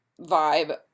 vibe